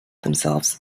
themselves